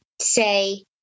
say